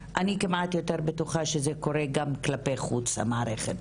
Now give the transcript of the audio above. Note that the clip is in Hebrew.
אני כמעט יותר בטוחה שזה קורה גם כלפי חוץ ונשים מחוץ למערכת,